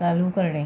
चालू करणे